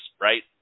right